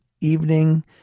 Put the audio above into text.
evening